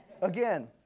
Again